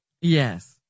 yes